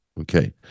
Okay